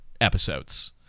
episodes